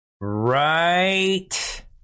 Right